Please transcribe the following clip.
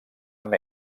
amb